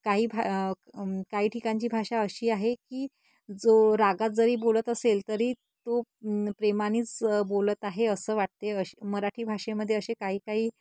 काही भा काही ठिकाणची भाषा अशी आहे की जो रागात जरी बोलत असेल तरी तो प्रेमानेच बोलत आहे असं वाटते असे मराठी भाषेमध्ये असे काही काही